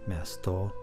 mes to